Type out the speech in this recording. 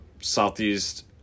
southeast